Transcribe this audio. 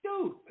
dude